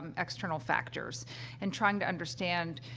um external factors and trying to understand,